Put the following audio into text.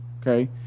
okay